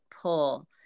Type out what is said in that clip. pull